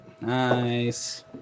Nice